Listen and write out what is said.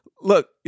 Look